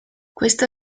questo